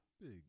Big